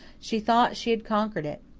she thought she had conquered it.